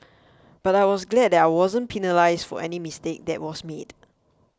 but I was glad that I wasn't penalised for any mistake that was made